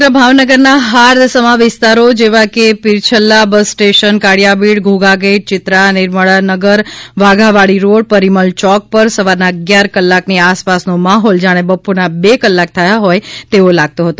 સમગ્ર ભાવનગરના હાર્દસમા વિસ્તારો જેવા કે Pirchhalla bus station Kaliyabid Ghogha gate Chitra Nirmal Nagar Waghawadi road Parimal Chowk પર સવારના અગીયાર કલાકની આસપાસનો માહોલ જાણે બપોરના બે કલાક થયા હોય તેવો લાગતો હતો